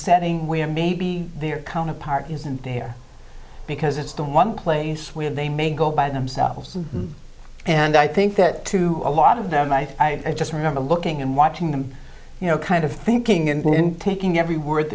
setting where maybe their counterpart is in there because it's the one place where they may go by themselves and i think that to a lot of them i just remember looking and watching them you know kind of thinking and taking every word